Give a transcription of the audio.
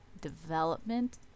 development